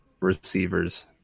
receivers